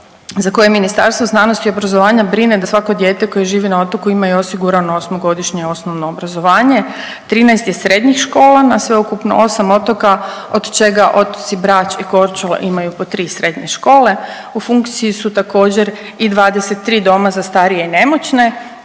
za koje Ministarstvo znanosti i obrazovanja brine da svako dijete koje živi na otoku ima i osigurano osmogodišnje osnovno obrazovanje. 13 je srednjih škola na sveukupno 8 otoka od čega otoci Brač i Korčula imaju po 3 srednje škole. U funkciji su također i 23 doma za starije i nemoćne